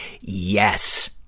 Yes